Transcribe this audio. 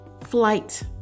flight